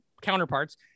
counterparts